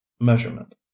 measurement